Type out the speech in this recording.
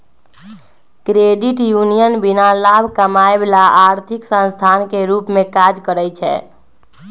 credit union बीना लाभ कमायब ला आर्थिक संस्थान के रूप में काज़ करइ छै